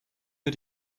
mir